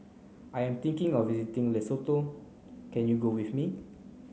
I am thinking of visiting Lesotho can you go with me